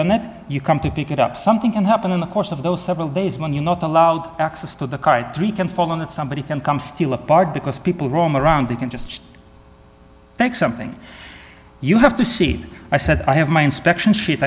on that you come to pick it up something can happen in the course of those seven days when you're not allowed access to the car at three can full on that somebody can come steal a part because people roam around they can just thank something you have to see i said i have my inspection she